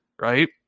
right